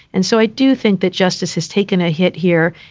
and so i do think that justice has taken a hit here.